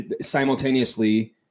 simultaneously